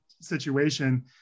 situation